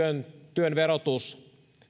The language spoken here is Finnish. työn verotus